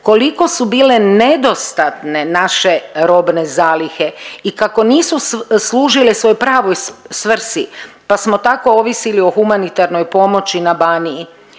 Koliko su bile nedostatne naše robne zalihe i kako nisu služile svojoj pravoj svrsi, pa smo tako ovisili o humanitarnoj pomoći na Baniji.